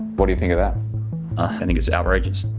what do you think of that? i think it's outrageous.